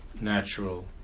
Natural